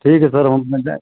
ठीक है सर हम अपना जऍं